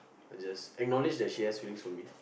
I'll just acknowledge that she has feelings for me